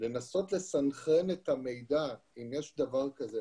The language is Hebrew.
לנסות לסנכרן את המידע, אם יש דבר כזה.